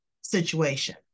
situation